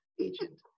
agent